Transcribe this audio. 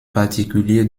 particulier